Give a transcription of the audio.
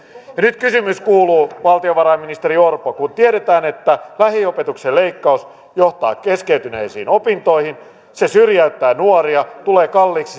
nyt kysymys kuuluu valtiovarainministeri orpo kun tiedetään että lähiopetuksen leikkaus johtaa keskeytyneisiin opintoihin se syrjäyttää nuoria tulee kalliiksi